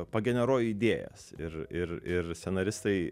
pageneruoju idėjas ir ir ir scenaristai